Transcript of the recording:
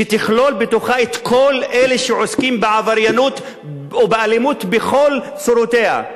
שתכלול בתוכה את כל אלה שעוסקים בעבריינות או באלימות בכל צורותיה.